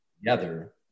together